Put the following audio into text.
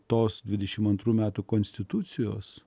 tos dvidešimt antrų metų konstitucijos